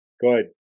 Good